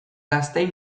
gazteei